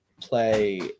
play